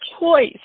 choice